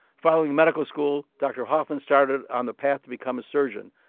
following medical school, dr. hoffman started on the path to become a surgeon,